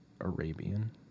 Arabian